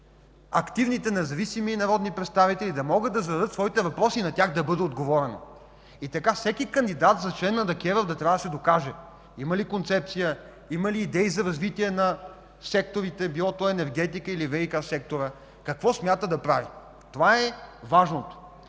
активните независими народни представители да могат да зададат своите въпроси и на тях да бъде отговорено. Така всеки кандидат за член на ДКЕВР да трябва да се докаже – има ли концепция, има ли идеи за развитието на сектора, било то енергетика или ВиК сектора и какво смята да прави. Това е важното.